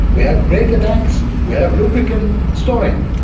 we have breaker tanks, we have lubricant storing.